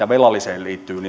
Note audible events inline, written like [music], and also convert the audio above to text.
[unintelligible] velalliseen liittyvät [unintelligible]